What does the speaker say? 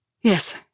Yes